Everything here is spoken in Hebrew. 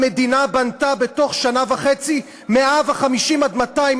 המדינה בנתה בתוך שנה וחצי 150,000 200,000